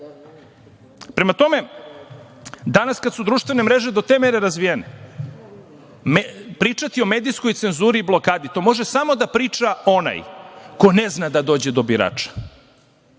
tome, danas kada su društvene mreže do te mere razvijene, pričati o medijskoj cenzuri i blokadi to može samo da priča onaj ko ne zna da dođe do birača,